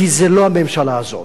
כי זה לא הממשלה הזאת,